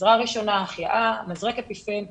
עזרה ראשונה, החייאה, מזרק אפיפן וכו'.